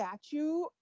statue